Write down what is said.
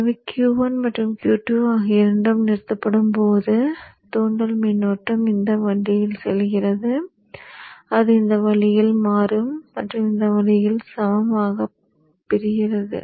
எனவே Q1 மற்றும் Q2 ஆகிய இரண்டும் நிறுத்தப்படும்போது தூண்டல் மின்னோட்டம் இந்த வழியில் செல்கிறது அது இந்த வழியில் மற்றும் இந்த வழியில் சமமாகப் பிரிக்கிறது